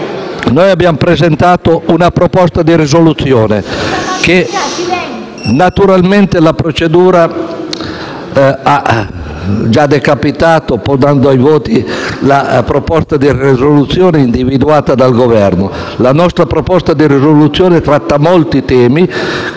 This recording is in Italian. Noi abbiamo presentato - e concludo - una proposta di risoluzione, che naturalmente la procedura ha già "decapitato", portando ai voti la proposta di risoluzione individuata dal Governo. La nostra proposta di risoluzione tratta molti temi